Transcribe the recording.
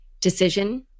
decision